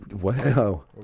Wow